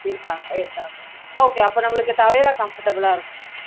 இருக்காங்க இருக்காங்க ஓகே அப்போ நம்மளுக்கு டவேரா கம்ஃபர்டபுளாக இருக்கும் மேம்